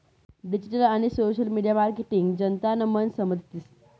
digital आणि social media marketing जनतानं मन समजतीस